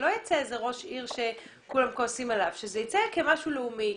שלא יצא איזה ראש עיר שכולם כועסים עליו אלא שזה יצא כמשהו לאומי,